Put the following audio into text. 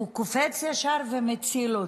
והוא קופץ ישר ומציל אותו.